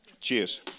Cheers